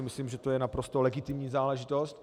Myslím, že to je naprosto legitimní záležitost.